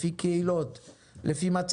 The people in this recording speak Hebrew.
לפי קהילות,